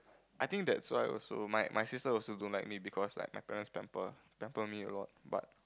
I think that's why also my my sister also don't like me because like my parents pamper pamper me a lot but